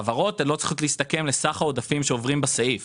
האם יש משהו חדש משנה שעברה בבתי כלא אזרחיים,